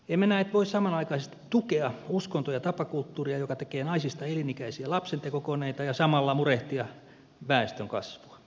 emme näet voi samanaikaisesti tukea uskonto ja tapakulttuuria joka tekee naisista elinikäisiä lapsentekokoneita ja samalla murehtia väestönkasvua